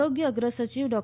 આરોગ્ય અગ્રસચિવ ડૉ